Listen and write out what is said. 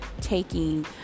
taking